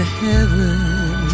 heaven